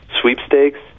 sweepstakes